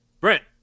Brent